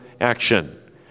action